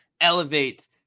elevate